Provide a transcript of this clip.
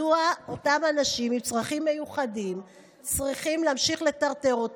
מדוע אותם אנשים עם צרכים מיוחדים צריכים להמשיך להיות מטורטרים?